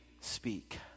speak